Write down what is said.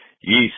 Yeast